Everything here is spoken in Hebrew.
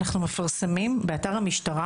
אנחנו מפרסמים באתר המשטרה,